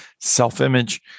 self-image